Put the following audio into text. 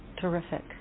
terrific